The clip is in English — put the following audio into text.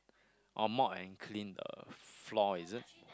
orh mop and clean the floor is it